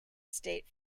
state